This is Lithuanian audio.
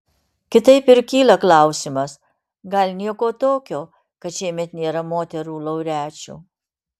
kitaip ir kyla klausimas gal nieko tokio kad šiemet nėra moterų laureačių